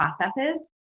processes